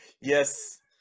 yes